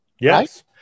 Yes